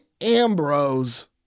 Ambrose